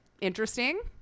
interesting